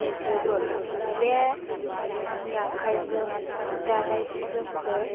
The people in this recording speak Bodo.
एरजोबो बे आंनि आखाइजों दानाय जि जोमखौ